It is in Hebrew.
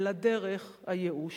אלא דרך הייאוש,